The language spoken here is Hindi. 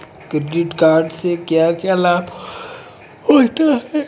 क्रेडिट कार्ड से क्या क्या लाभ होता है?